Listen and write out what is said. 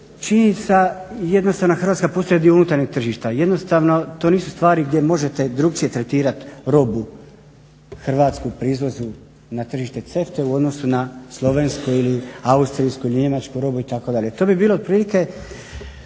činjenica jednostavno Hrvatska postaje dio unutarnjeg tržišta. Jednostavno to nisu stvari gdje možete drukčije tretirati robu hrvatsku pri izvozu na tržište CEFTA-e u odnosu na slovensku ili austrijsku ili njemačku robu itd. To bi bilo otprilike